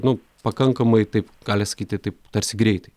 nu pakankamai taip gali sakyti tarsi greitai